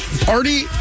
party